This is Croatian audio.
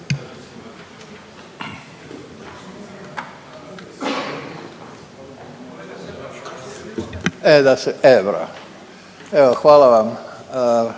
evo hvala vam